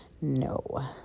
No